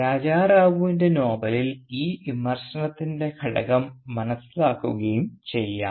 രാജാ റാവുവിൻറെ നോവലിൽ ഈ വിമർശനത്തിൻറെ ഘടകം മനസ്സിലാക്കുകയും ചെയ്യാം